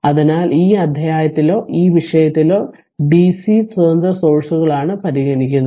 അതിനാൽ ഈ അധ്യായത്തിലോ ഈ വിഷയത്തിലോ dc സ്വതന്ത്ര സോഴ്സ്കളാണ് പരിഗണിക്കുന്നത്